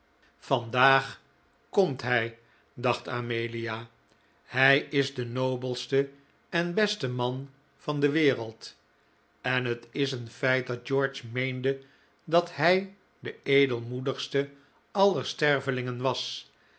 vandaag komt hij dacht amelia hij is de nobelste en beste man van de wereld en het is een feit dat george meende dat hij de